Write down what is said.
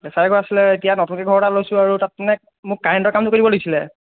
কেঁচা ঘৰ আছিল এতিয়া নতুনকৈ ঘৰ এটা লৈছো আৰু তাত মানে মোক কাৰেন্টৰ কাম কৰি দিব লাগিছিল